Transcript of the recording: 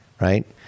Right